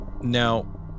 Now